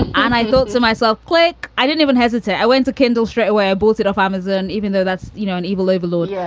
and i thought to myself quick, i didn't even hesitate. i went to kindle straight away. i bought it off amazon, even though that's, you know, an evil overlord. yeah